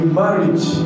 marriage